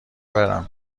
برم